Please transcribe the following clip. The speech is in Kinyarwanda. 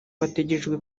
bategerejwe